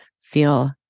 feel